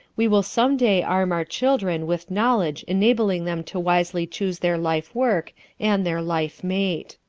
we will some day arm our children with knowledge enabling them to wisely choose their life work and their life mate.